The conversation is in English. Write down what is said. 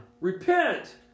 Repent